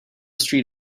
street